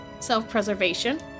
self-preservation